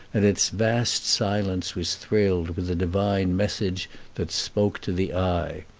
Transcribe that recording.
and its vast silence was thrilled with a divine message that spoke to the eye.